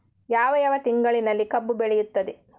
ಯಾವ ಯಾವ ತಿಂಗಳಿನಲ್ಲಿ ಕಬ್ಬು ಬೆಳೆಯುತ್ತದೆ?